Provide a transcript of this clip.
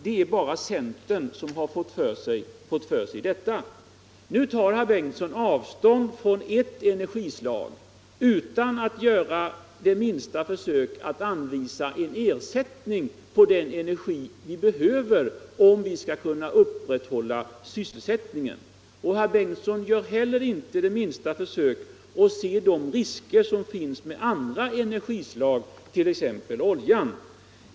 Det är bara centern som har fått för sig det. Herr Bengtson tar avstånd från ett energislag utan att göra det minsta försök att anvisa en ersättning. Vi behöver energin om vi skall kunna upprätthålla sysselsättningen. Herr Bengtson gör inte heller det minsta försök att se de risker som finns med andra energislag, t.ex. oljan.